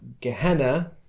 Gehenna